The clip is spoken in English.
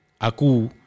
Aku